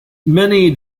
many